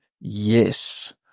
Yes